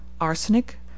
arsenic